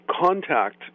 contact